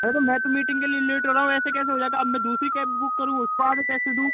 अरे तो मैं तो मीटिंग के लिए लेट हो रहा हूँ ऐसे कैसे हो जाएगा अब मैं दूसरी कैब बुक करूँ उसको आडर कैसे दूँ